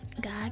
God